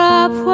up